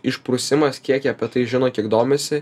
išprusimas kiek jie apie tai žino kiek domisi